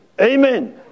amen